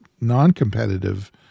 non-competitive